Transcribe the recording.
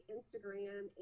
Instagram